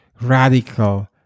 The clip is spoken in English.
radical